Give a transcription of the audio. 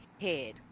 head